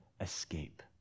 escape